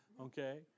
Okay